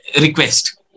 request